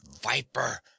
viper